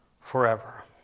forever